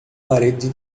parede